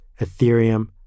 Ethereum